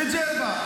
מג'רבה.